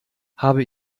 habe